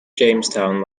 jamestown